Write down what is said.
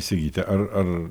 įsigyti ar ar